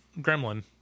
gremlin